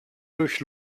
durch